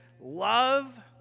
love